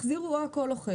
החזירו הכול או חלק.